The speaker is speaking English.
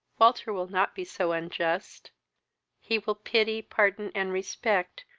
walter will not be so unjust he will pity, pardon, and respect,